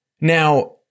Now